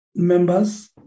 Members